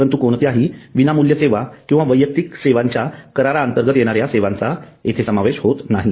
परंतु कोणत्याही विनामूल्य सेवा किंवा वैयक्तिक सेवांच्या करारा अंतर्गत येणाऱ्या सेवांचा येथे समावेश होत नाही